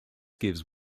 gives